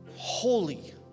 Holy